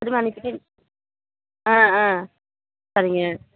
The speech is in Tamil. திரும்ப அனுப்பிவிட்டு ஆ ஆ சரிங்க